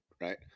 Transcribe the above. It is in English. right